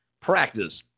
practice